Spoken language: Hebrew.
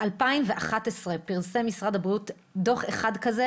ב-2011 פרסם משרד הבריאות דוח אחד כזה,